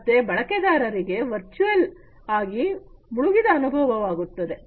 ಮತ್ತೆ ಬಳಕೆದಾರರಿಗೆ ವರ್ಚುವಲ್ ಆಗಿ ಮುಳುಗಿದ ಅನುಭವವಾಗುತ್ತದೆ